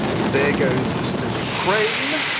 there goes eastern ukraine.